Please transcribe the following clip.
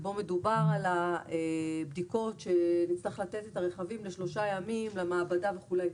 בו מדובר על בדיקות שצריך לתת את הרכבים לשלושה ימים למעבדה וכולי,